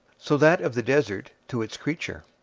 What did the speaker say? so that of the desert to its creature.